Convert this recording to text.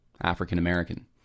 African-American